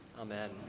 Amen